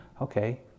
okay